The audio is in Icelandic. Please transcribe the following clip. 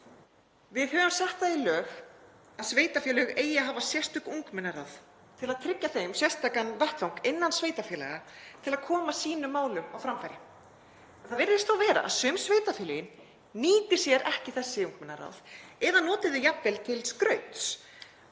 Við höfum sett það í lög að sveitarfélög eigi að hafa sérstök ungmennaráð til að tryggja ungmennum sérstakan vettvang innan sveitarfélaga til að koma sínum málum á framfæri. Það virðist þó vera að sum sveitarfélögin nýti sér ekki þessi ungmennaráð eða noti þau jafnvel til skrauts